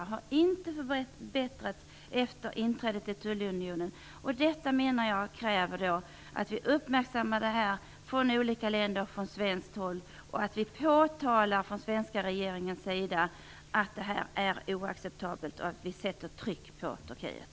Den har inte förbättrats efter inträdet i tullunionen. Jag menar att det krävs att vi uppmärksammar detta från olika länder och från svenskt håll, och att vi påtalar från den svenska regeringens sida att det här är oacceptabelt, så att vi sätter tryck på Turkiet.